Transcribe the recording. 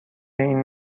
این